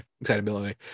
excitability